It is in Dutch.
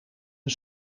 een